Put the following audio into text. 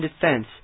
defense